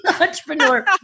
entrepreneur